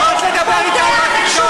מי כתב לך את החוק?